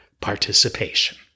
participation